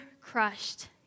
crushed